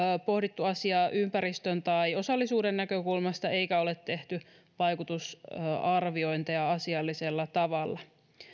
pohdittu asiaa ympäristön tai osallisuuden näkökulmasta eikä ole tehty vaikutusarviointeja asiallisella tavalla